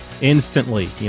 instantly